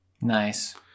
Nice